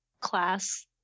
class